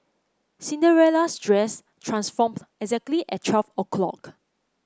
Cinderella's dress transformed exactly at twelve o'clock